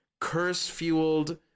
curse-fueled